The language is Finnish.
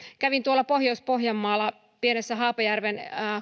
kävin pohjois pohjanmaalla pienessä haapajärven